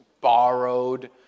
borrowed